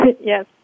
Yes